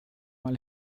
mal